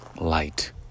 light